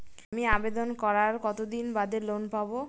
আমি আবেদন করার কতদিন বাদে লোন পাব?